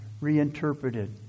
reinterpreted